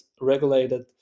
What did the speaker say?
regulated